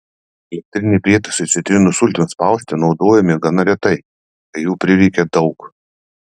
elektriniai prietaisai citrinų sultims spausti naudojami gana retai kai jų prireikia daug